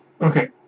Okay